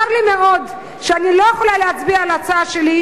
צר לי מאוד שאני לא יכולה להצביע בעד ההצעה שלי,